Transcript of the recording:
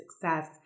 success